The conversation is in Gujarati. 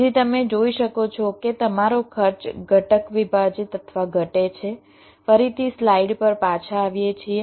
તેથી તમે જોઈ શકો છો કે તમારો ખર્ચ ઘટક વિભાજિત અથવા ઘટે છે ફરીથી સ્લાઇડ પર પાછા આવીએ છીએ